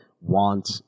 want